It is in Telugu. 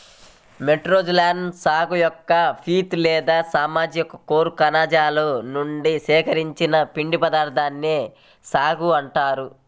మెట్రోక్సిలాన్ సాగు యొక్క పిత్ లేదా స్పాంజి కోర్ కణజాలం నుండి సేకరించిన పిండి పదార్థాన్నే సాగో అంటారు